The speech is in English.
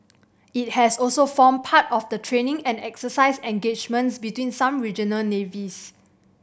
it has also formed part of the training and exercise engagements between some regional navies